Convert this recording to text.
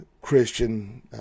Christian